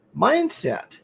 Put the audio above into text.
mindset